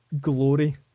glory